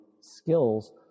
skills